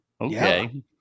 Okay